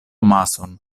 mason